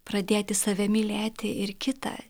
pradėti save mylėti ir kitą